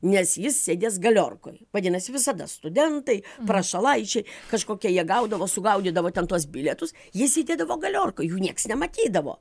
nes jis sėdės galiorkoj vadinasi visada studentai prašalaičiai kažkokie jie gaudavo sugaudydavo ten tuos bilietus jie sėdėdavo galiorkoj jų nieks nematydavo